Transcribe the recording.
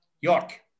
York